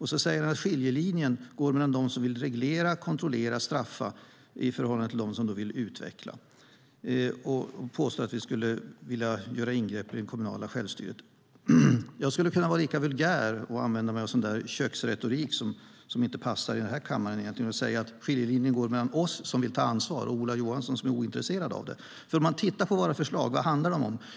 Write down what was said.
Han säger att skiljelinjen går mellan dem som vill reglera, kontrollera och straffa i förhållande till dem som vill utveckla, och så påstår han att vi skulle vilja göra ingrepp i det kommunala självstyret. Jag skulle kunna vara lika vulgär och använda mig av sådan där köksretorik som egentligen inte passar i den här kammaren och säga att skiljelinjen går mellan oss som vill ta ansvar och Ola Johansson som är ointresserad av det, för vad handlar våra förslag om?